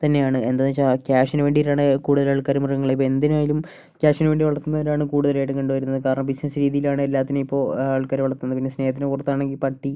തന്നെയാണ് എന്താന്ന് വെച്ചാൽ കാശിനു വേണ്ടിയിട്ടാണ് കൂടുതൽ ആൾക്കാരും മൃഗങ്ങളെ ഇപ്പോ എന്തിനായാലും കാശിനു വേണ്ടി വളർത്തുന്നവരാണ് കൂടുതലായിട്ടും കണ്ടു വരുന്നത് കാരണം ബിസിനസ് രീതിയിലാണ് എല്ലാത്തിനെയും ഇപ്പോൾ ആൾക്കാര് വളർത്തുന്നത് പിന്നെ സ്നേഹത്തിൻ്റെ പുറത്താണെങ്കിൽ പട്ടി